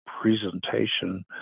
presentation